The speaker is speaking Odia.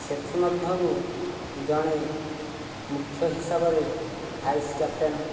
ସେଥିମଧ୍ୟରୁ ଜଣେ ମୁଖ୍ୟ ହିସାବରେ ଭାଇସ୍ କ୍ୟାପଟେନ୍